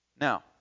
Now